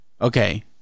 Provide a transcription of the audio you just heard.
Okay